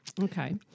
Okay